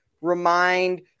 remind